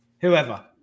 Whoever